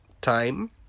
time